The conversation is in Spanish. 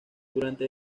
durante